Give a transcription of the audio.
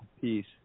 peace